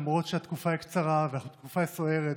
למרות שהתקופה קצרה והתקופה סוערת,